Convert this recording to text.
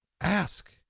ask